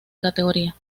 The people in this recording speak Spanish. categoría